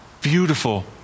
Beautiful